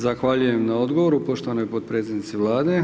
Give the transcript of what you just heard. Zahvaljujem na odgovoru poštovanoj potpredsjednici Vlade.